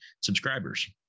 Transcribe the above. subscribers